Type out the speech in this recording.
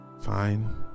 Fine